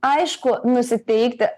aišku nusiteikti